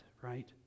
right